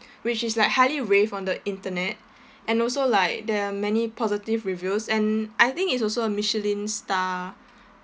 which is like highly rave on the internet and also like there are many positive reviews and I think it's also a michelin star